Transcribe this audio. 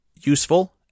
useful